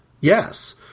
yes